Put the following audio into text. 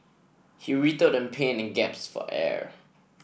he writhed in pain and gasped for air